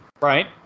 Right